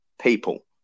People